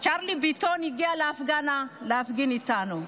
צ'רלי ביטון הגיע אז להפגנה, להפגין איתנו.